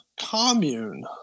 commune